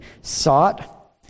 sought